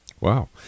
Wow